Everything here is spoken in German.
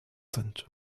sind